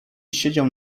siedział